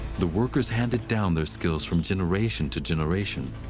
the workers handed down their skills from generation to generation,